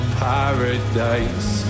paradise